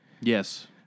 Yes